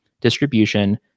distribution